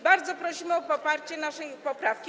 Bardzo prosimy o poparcie naszej poprawki.